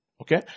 okay